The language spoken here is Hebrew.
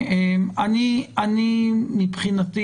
מבחינתי,